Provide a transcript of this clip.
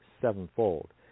sevenfold